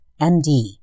MD